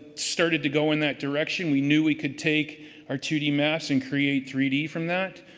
started to go in that direction. we knew we could take our two d maps and create three d from that,